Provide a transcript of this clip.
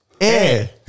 air